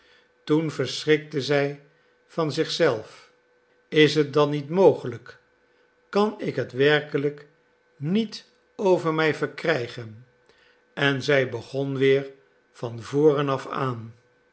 toen verschrikte zij van zich zelf is het dan niet mogelijk kan ik het werkelijk niet over mij verkrijgen en zij begon weer van voren af aan